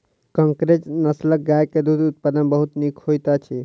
कंकरेज नस्लक गाय के दूध उत्पादन बहुत नीक होइत अछि